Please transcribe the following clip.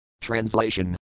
Translation